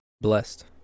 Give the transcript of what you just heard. blessed